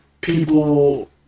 people